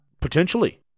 Potentially